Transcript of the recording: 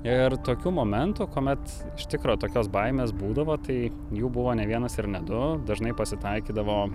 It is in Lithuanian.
ir tokių momentų kuomet iš tikro tokios baimės būdavo tai jų buvo ne vienas ir ne du dažnai pasitaikydavo